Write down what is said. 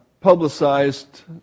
publicized